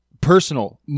Personal